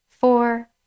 four